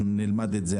נלמד אותן.